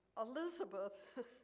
Elizabeth